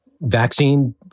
Vaccine